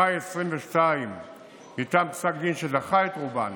במאי 2022 ניתן פסק דין שדחה את רובן